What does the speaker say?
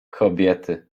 kobiety